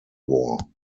war